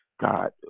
God